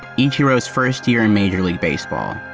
ichiro's first year in major league baseball.